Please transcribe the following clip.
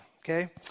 okay